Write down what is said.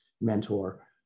mentor